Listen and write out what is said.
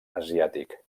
asiàtic